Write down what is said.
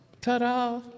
Ta-da